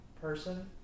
person